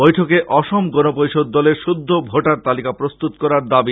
বৈঠকে অসম গণ পরিষদ দলের শুদ্ধ ভোটার তালিকা প্রস্তুত করার দাবি